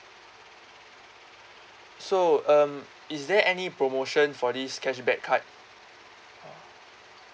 so um is there any promotion for this cashback card